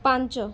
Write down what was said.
ପାଞ୍ଚ